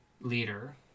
leader